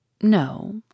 No